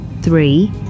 Three